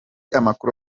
amakuru